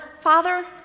Father